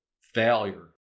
failure